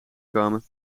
komen